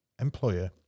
employer